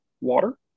water